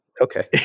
Okay